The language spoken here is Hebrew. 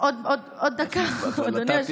עוד דקה, אדוני היושב-ראש.